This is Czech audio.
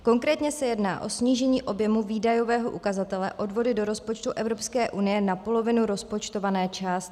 Konkrétně se jedná o snížení objemu výdajového ukazatele odvody do rozpočtu Evropské unie na polovinu rozpočtované částky.